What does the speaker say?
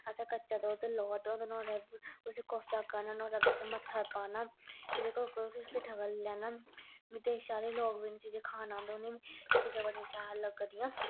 असें कच्चा दूध लोड़दा नोह्ड़े उस्सी कोसा करना नोह्ड़े बिच मट्ठा पाना फ्ही जेह्का उप्पर उस्सी किट्ठा करी लैना विदेश आह्ले लोग एह् चीजां खान आंदे उनें एह् चीजां बड़ियां शैल लग्गदियां